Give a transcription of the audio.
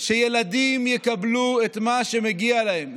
שילדים יקבלו את מה שמגיע להם,